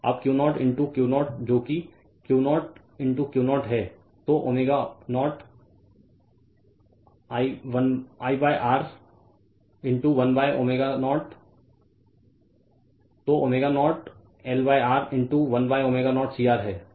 अब Q0 into Q0 जो कि Q0 ईंटो Q0 है तो ω0 LR ईंटो 1ω0 CR है